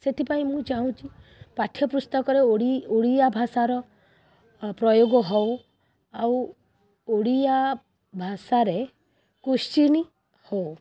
ସେଥିପାଇଁ ମୁଁ ଚାହୁଁଛି ପାଠ୍ୟପୁସ୍ତକରେ ଓଡ଼ି ଓଡ଼ିଆ ଭାଷାର ପ୍ରୟୋଗ ହେଉ ଆଉ ଓଡ଼ିଆ ଭାଷାରେ କୋଶ୍ଚିନ୍ ହେଉ